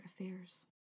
affairs